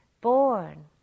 born